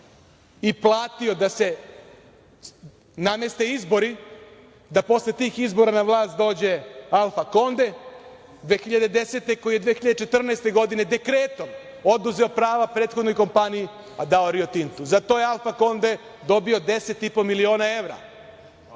i platio da se nameste izbori i da posle tih izbora na vlast dođe Alfa Konde, 2010. godine, koji je 2014. godine dekretom oduzeo pravo prethodnoj kompaniji, a dao Rio Tintu. Zato je Alfa Konde dobio 10 i po miliona evra,